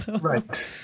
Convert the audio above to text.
Right